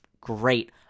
great